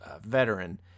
veteran